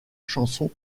chanson